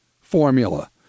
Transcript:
formula